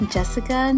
Jessica